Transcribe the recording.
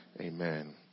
amen